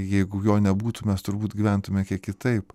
jeigu jo nebūtų mes turbūt gyventume kiek kitaip